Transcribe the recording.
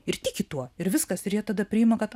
ir tiki tuo ir viskas ir jie tada priima kad